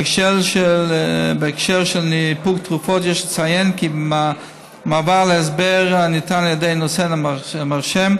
בהקשר של ניפוק תרופות יש לציין כי מעבר להסבר הניתן על ידי נותן המרשם,